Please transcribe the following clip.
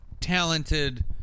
talented